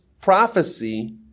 prophecy